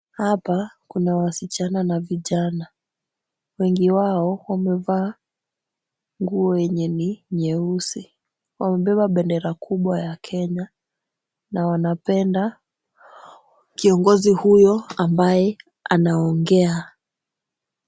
Hapa kuna wasichana na vijana. Wengi wao wamevaa nguo yenye ni nyeusi. Wamebeba bendera kubwa ya Kenya na wanapenda kiongozi huyo ambaye anaongea.